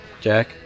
Jack